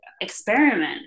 experiment